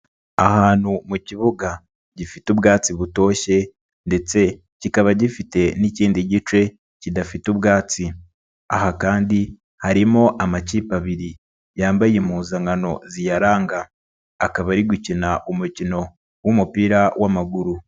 Ahantu mu kibuga gifite ubwatsi butoshye ndetse kikaba gifite n'ikindi gice kidafite ubwatsi, aha kandi harimo amakipe abiri yambaye impuzankano ziyaranga, akaba ari gukina umukino w'umupira w'amaguru.